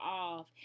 off